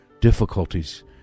difficulties